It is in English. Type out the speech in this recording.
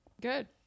good